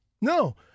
No